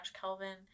Kelvin